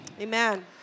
Amen